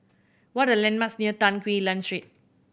what are the landmarks near Tan Quee Lan Street